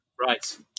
Right